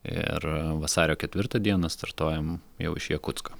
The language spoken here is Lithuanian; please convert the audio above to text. ir vasario ketvirtą dieną startuojam jau iš jakutsko